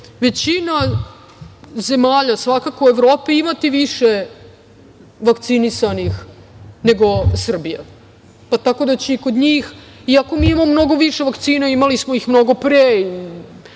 većina zemalja, svakako Evrope, imati više vakcinisanih nego Srbija, pa tako da će i kod njih, iako mi imamo mnogo više vakcina, imali smo ih mnogo pre,